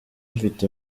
mfite